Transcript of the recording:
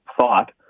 thought